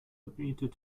bietet